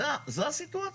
זו הסיטואציה.